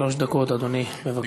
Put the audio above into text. שלוש דקות, אדוני, בבקשה.